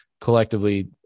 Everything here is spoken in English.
collectively